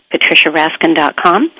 patriciaraskin.com